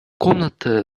комната